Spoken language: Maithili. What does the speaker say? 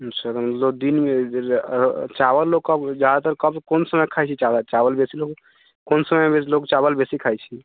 अच्छा तऽ मतलब दिनमे चावल लोक कब जादातर कब कोन समय खाइ छै चावल बेसी लोक कोन समयमे लोक चावल बेसी खाइ छै